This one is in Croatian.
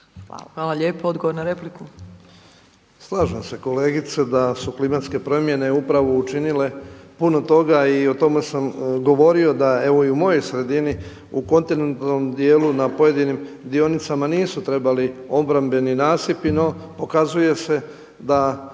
Hvala lijepo. Odgovor na repliku.